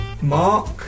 Mark